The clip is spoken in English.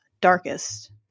darkest